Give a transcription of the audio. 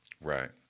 Right